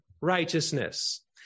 righteousness